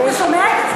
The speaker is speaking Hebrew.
אתה שומע את עצמך?